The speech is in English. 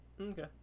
Okay